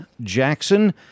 Jackson